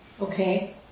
Okay